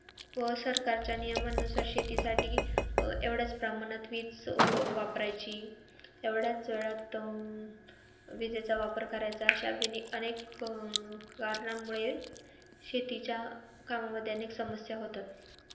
व सरकारच्या नियमांनुसार शेतीसाठी एवढ्याच प्रमाणात वीज वापरायची एवढ्याच वेळात विजेचा वापर करायचा अशा विनी अनेक कारणामुळे शेतीच्या कामामध्ये अनेक समस्या होतात